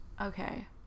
Okay